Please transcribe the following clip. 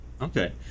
okay